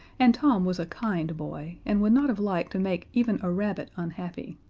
and tom was a kind boy, and would not have liked to make even a rabbit unhappy.